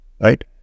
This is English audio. right